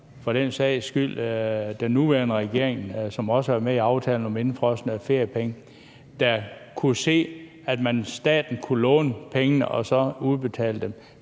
for den sags skyld den nuværende regering, som også er med i aftalen om indefrosne feriepenge, der kunne se, at staten kunne låne pengene og så udbetale dem.